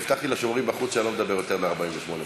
והבטחתי לשומרים בחוץ שאני לא מדבר יותר מ-48 דקות.